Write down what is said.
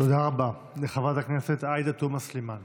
תודה רבה לחברת הכנסת עאידה תומא סלימאן.